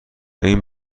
این